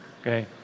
okay